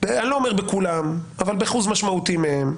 אני לא אומר שבכולם, אבל באחוז משמעותי מהם.